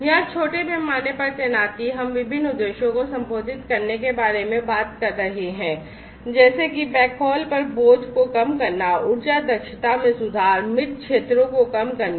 यहां छोटे पैमाने पर तैनाती हम विभिन्न उद्देश्यों को संबोधित करने के बारे में बात कर रहे हैं जैसे कि backhaul पर बोझ को कम करना ऊर्जा दक्षता में सुधार और मृत क्षेत्रों को कम करना